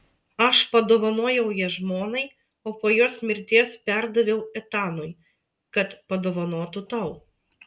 aš padovanojau ją žmonai o po jos mirties perdaviau etanui kad padovanotų tau